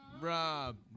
Rob